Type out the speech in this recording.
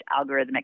algorithmic